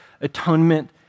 atonement